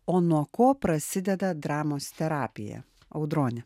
o nuo ko prasideda dramos terapija audrone